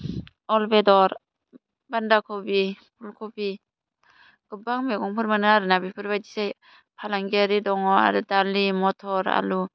अल बेदर बान्दा खफि फुल खफि गोबां मेगंफोर मोनो आरो ना बेफोर बायदि जाय फालांगियारि दङ आरो दालि मटर आलु